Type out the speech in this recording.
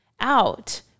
out